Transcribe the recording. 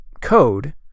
code